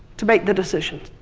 to make the decision.